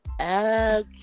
Okay